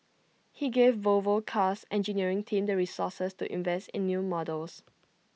he gave Volvo car's engineering team the resources to invest in new models